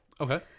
okay